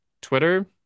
twitter